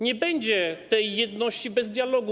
Nie będzie tej jedności bez dialogu.